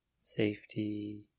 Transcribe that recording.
safety